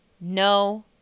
No